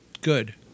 good